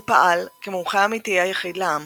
הוא פעל כמומחה האמיתי היחיד לעם.